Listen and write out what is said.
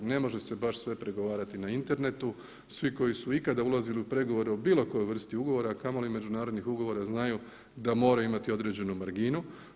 Ne može se baš sve pregovarati na internetu, svi koji su ikada ulazili u pregovore o bilo kojoj vrsti ugovora, a kamoli međunarodnih ugovora znaju da moraju imati određenu marginu.